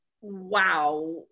wow